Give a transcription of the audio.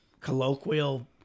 colloquial